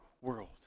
world